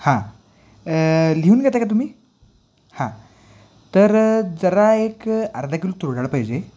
हां लिहून घेता का तुम्ही हां तर जरा एक अर्धा किलो तुरडाळ पाहिजे